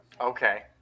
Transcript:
Okay